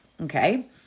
Okay